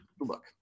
look